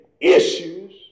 issues